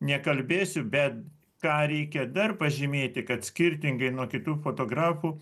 nekalbėsiu bet ką reikia dar pažymėti kad skirtingai nuo kitų fotografų